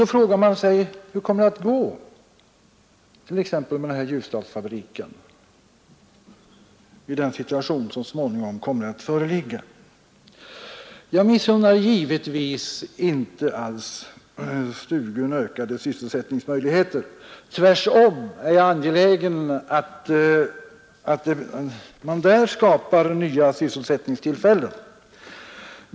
Man frågar sig hur det kommer att gå med t.ex. Ljusdalsfabriken i den situation som så småningom kommer att föreligga. Jag missunnar givetvis inte alls Stugum ökade sysselsättningsmöjligheter. Tvärtom är jag angelägen om att man där skapar nya sysselsättningstillfällen.